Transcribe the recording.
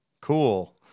cool